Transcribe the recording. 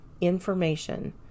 information